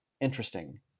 interesting